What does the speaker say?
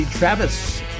Travis